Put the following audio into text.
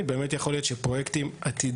אז באמת יכול להיות שפרויקטים עתידיים,